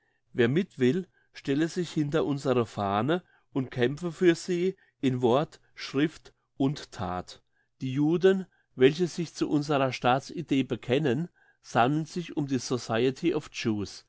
wer mit will stelle sich hinter unsere fahne und kämpfe für sie in wort schrift und that die juden welche sich zu unserer staatsidee bekennen sammeln sich um die society